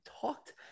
talked